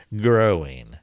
growing